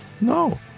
No